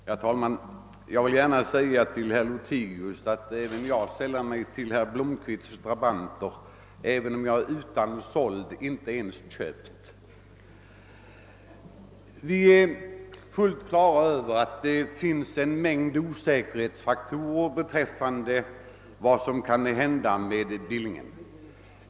Herr talman! Jag vill gärna säga till herr Lothigius att också jag sällar mig till herr Blomkvists drabanter, även om jag är utan sold och inte ens »köpt». Vi har fullt klart för oss att det kan finnas en mängd osäkerhetsfaktorer beträffande vad som kan hända med Ranstad.